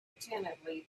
attentively